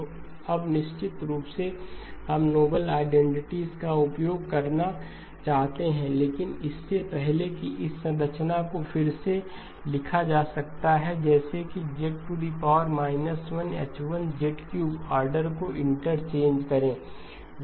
तो अब निश्चित रूप से हम नोबेलआईडेंटिटीज का उपयोग करना चाहते हैं लेकिन इससे पहले कि इस संरचना को फिर से लिखा जा सकता है जैसे कि Z 1H1 ऑर्डर को इंटरचेंज करें